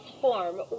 form